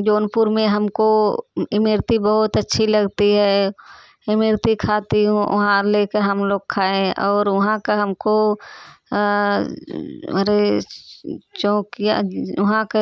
जौनपुर में हमको इमरती बहुत अच्छी लगती है इमरती खाती हूँ ओहाँ लेके हम लोग खाए और ओहाँ का हमको अरे चौकिया ओहाँ के